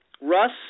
Russ